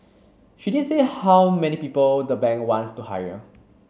she didn't say how many people the bank wants to hire